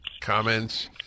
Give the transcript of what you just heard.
comments